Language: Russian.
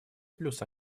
плюс